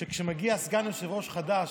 שכשמגיע סגן יושב-ראש חדש,